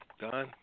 Don